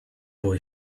boy